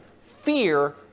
fear